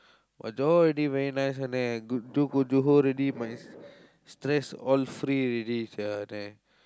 but Johor already very nice அண்ணண்:annan go~ go Johor already my stress all free already sia annan